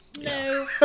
No